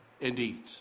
indeed